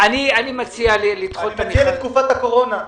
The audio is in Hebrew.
תציע לתקופת הקורונה.